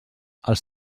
els